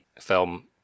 film